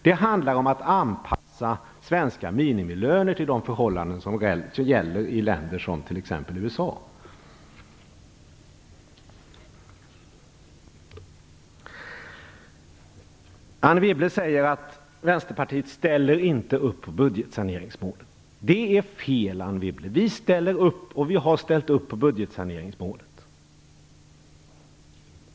Det handlar om att anpassa svenska minimilöner till de förhållanden som gäller i länder som t.ex. USA. Anne Wibble säger att Västerpartiet inte ställer upp på budgetsaneringsmålet. Det är fel, Anne Wibble. Vi ställer upp, och vi har ställt upp, på budgetsaneringsmålet.